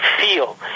feel